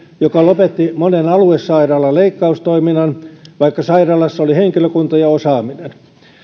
joka lopetti monen aluesairaalan leikkaustoiminnan vaikka sairaalassa oli henkilökunta ja osaaminen